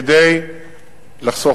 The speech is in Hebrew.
כדי לחסוך,